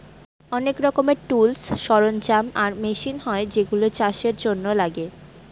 অনেক রকমের টুলস, সরঞ্জাম আর মেশিন হয় যেগুলা চাষের জন্য লাগে